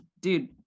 dude